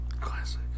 Classic